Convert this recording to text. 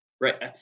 right